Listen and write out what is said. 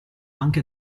anche